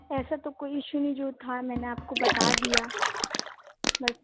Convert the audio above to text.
ایسا تو کوئی ایشو نہیں جو تھا میں نے آپ کو بتا دیا بس